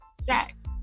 sex